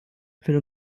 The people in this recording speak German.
will